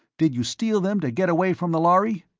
did you steal them to get away from the lhari?